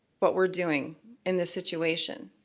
what we're doing in this situation,